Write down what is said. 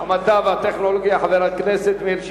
ועדת המדע והטכנולוגיה, חבר הכנסת מאיר שטרית.